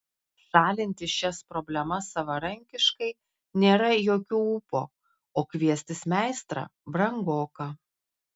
šalinti šias problemas savarankiškai nėra jokių ūpo o kviestis meistrą brangoka